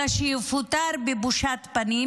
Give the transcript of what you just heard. אלא שיפוטר בבושת פנים.